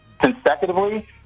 consecutively